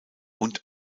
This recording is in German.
und